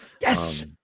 Yes